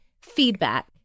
feedback